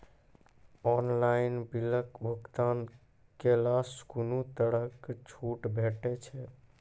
Online बिलक भुगतान केलासॅ कुनू तरहक छूट भेटै छै?